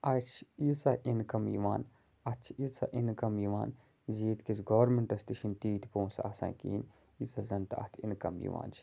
اَتھ چھِ ییٖژاہ اِنکَم یِوان اَتھ چھِ یٖژاہ اِنکَم یِوان زِ ییٚتہِ کِس گورمِنٹَس تہِ چھِنہٕ تیٖتۍ پوٚنٛسہٕ آسان کِہیٖنۍ ییٖژاہ زَن تہِ اَتھ اِنکَم یِوان چھِ